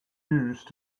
used